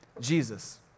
Jesus